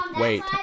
wait